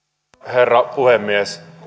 herra puhemies